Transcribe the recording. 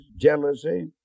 jealousy